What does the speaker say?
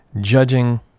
judging